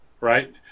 right